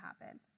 happen